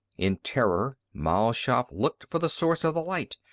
in terror, mal shaff looked for the source of the light.